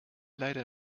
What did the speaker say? leider